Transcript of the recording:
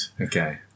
Okay